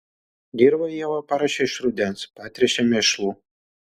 dirvą ieva paruošia iš rudens patręšia mėšlu